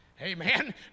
Amen